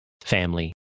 family